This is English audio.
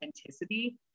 authenticity